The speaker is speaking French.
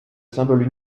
symboles